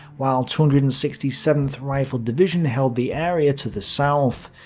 while two hundred and sixty seventh rifle division held the area to the south.